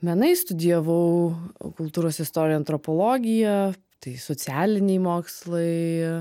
menai studijavau kultūros istoriją antropologiją tai socialiniai mokslai